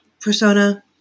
persona